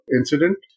incident